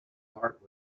heart